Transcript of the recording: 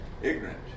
ignorant